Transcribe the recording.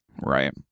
right